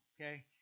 okay